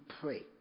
pray